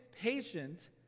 patient